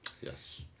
Yes